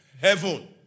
heaven